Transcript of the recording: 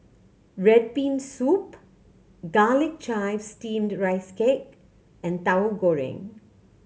red bean soup Garlic Chives Steamed Rice Cake and Tahu Goreng